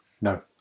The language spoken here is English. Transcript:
No